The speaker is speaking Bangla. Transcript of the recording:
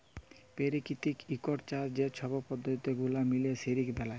পেরাকিতিক ইকট চাষ যে ছব পদ্ধতি গুলা মিলে সিলিক বেলায়